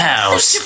House